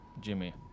Jimmy